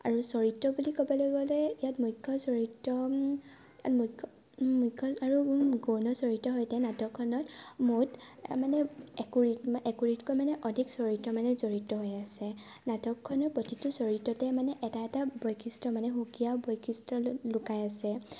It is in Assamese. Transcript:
আৰু চৰিত্ৰ বুলি ক'বলৈ গ'লে ইয়াত মুখ্য চৰিত্ৰ ইয়াত মুখ্য মুখ্য আৰু গৌণ চৰিত্ৰৰ সৈতে এই নাটকখনত মুঠ মানে একুৰিত একুৰিতকৈ মানে অধিক চৰিত্ৰ মানে জড়িত হৈ আছে নাটকখনৰ প্ৰতিটো চৰিত্ৰতে মানে এটা এটা বৈশিষ্ট মানে সুকীয়া বৈশিষ্ট লুকাই আছে